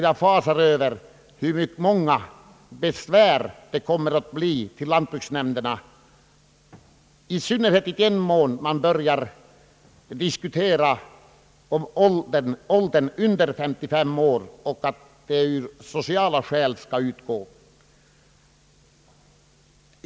Jag fasar över den mängd besvär som kommer att riktas till lantbruksnämnderna, i synnerhet i den mån det blir diskussioner om åldersgränser under 55 år och huruvida bidraget skall utgå av sociala skäl.